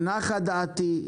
נחה דעתי.